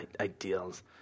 ideals